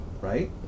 right